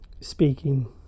speaking